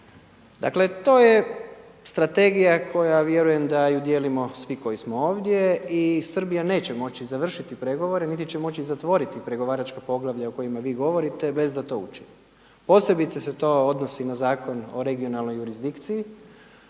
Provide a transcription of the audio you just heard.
Dakle to je strategija koja vjerujem da ju dijelimo svi koji smo ovdje i Srbija neće moći završiti pregovore, niti će moći zatvoriti pregovaračko poglavlje o kojima vi govorite bez da to učini. Posebice se to odnosi na Zakon o regionalnoj jurisdikciji